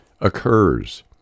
occurs